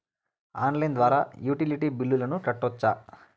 Online ద్వారా utility బిల్లులను కట్టొచ్చా?